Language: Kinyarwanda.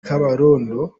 kabarondo